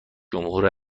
جمهور